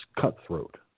cutthroat